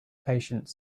patience